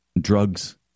drugs